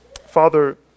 Father